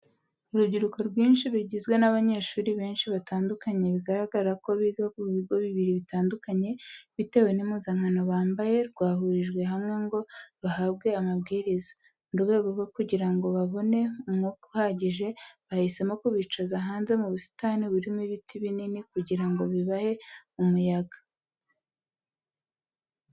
Urubyiruko rwinshi rugizwe n'abanyeshuri benshi batandukanye bigaragara ko biga ku bigo bibiri bitandukanye bitewe n'impuzankano bambaye, rwahurijwe hamwe ngo ruhabwe amabwiriza. Mu rwego rwo kugira ngo babone umwuka uhagije, bahisemo kubicaza hanze mu busitani burimo ibiti binini kugira ngo bibahe umuyaga.